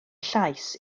llais